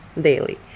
daily